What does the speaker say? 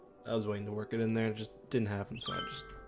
i was waiting to work it in there just didn't happen. so